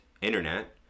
internet